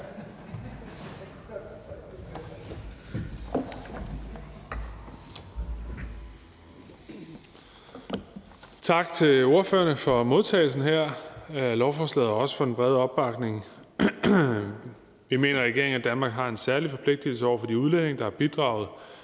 Tak til ordførerne for modtagelsen af lovforslaget og også for den brede opbakning. Regeringen mener, at Danmark har en særlig forpligtigelse over for de udlændinge, der har bidraget